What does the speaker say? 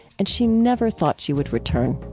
and she never thought she would return